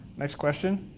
nice question.